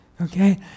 okay